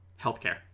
Healthcare